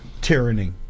tyranny